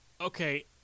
okay